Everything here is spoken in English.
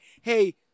hey